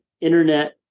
internet